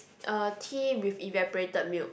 uh tea with evaporated milk